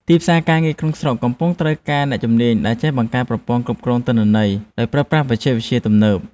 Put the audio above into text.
ទីផ្សារការងារក្នុងស្រុកកំពុងត្រូវការអ្នកជំនាញដែលចេះបង្កើតប្រព័ន្ធគ្រប់គ្រងទិន្នន័យដោយប្រើប្រាស់បច្ចេកវិទ្យាទំនើប។